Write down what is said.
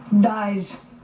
dies